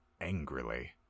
angrily